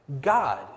God